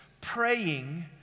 praying